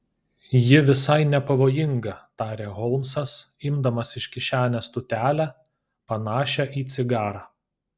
ji visai nepavojinga tarė holmsas imdamas iš kišenės tūtelę panašią į cigarą